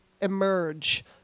emerge